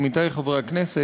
עמיתי חברי הכנסת,